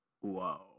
Whoa